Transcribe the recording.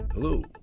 Hello